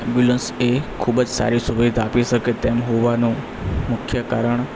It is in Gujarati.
ઍમ્બ્યુલન્સ એ ખૂબ જ સારી સુવિધા આપી શકે તેમ હોવાનું મુખ્ય કારણ